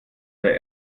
der